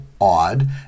odd